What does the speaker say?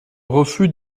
refus